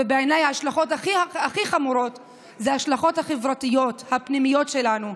בעיניי ההשלכות הכי חמורות הן ההשלכות החברתיות הפנימיות שלנו,